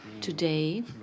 today